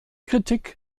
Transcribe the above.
kritik